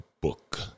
book